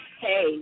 Hey